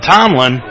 Tomlin